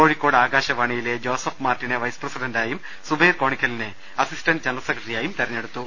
കോഴിക്കോട് ആകാശവാണിയിലെ ജോസഫ് മാർട്ടിനെ വൈസ് പ്രസിഡന്റായും സുബൈർ കോണിക്കലിനെ അസി സ്റ്റന്റ് ജനറൽ സെക്രട്ടറിയായും തെരഞ്ഞെടുത്തു